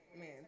man